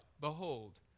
Behold